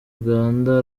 uganda